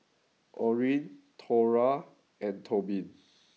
Orene Thora and Tobin